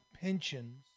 pensions